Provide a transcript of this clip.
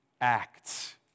acts